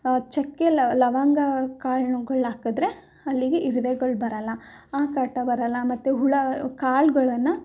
ಚಕ್ಕೆ ಲವಂಗ ಕಾಳುಗಳು ಹಾಕಿದ್ರೆ ಅಲ್ಲಿಗೆ ಇರುವೆಗಳು ಬರೋಲ್ಲ ಆ ಕಾಟ ಬರೋಲ್ಲ ಮತ್ತೆ ಹುಳ ಕಾಳುಗಳನ್ನ